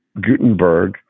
Gutenberg